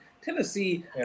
Tennessee